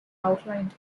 outlined